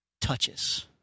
touches